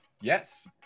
yes